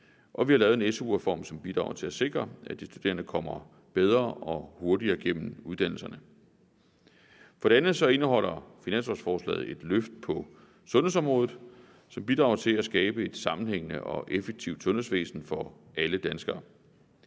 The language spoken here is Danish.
og vi har lavet en SU-reform, som bidrager til at sikre, at de studerende kommer bedre og hurtigere gennem uddannelserne. For det andet indeholder finanslovforslaget et løft på sundhedsområdet, som bidrager til at skabe et sammenhængende og effektivt sundhedsvæsen for alle danskere.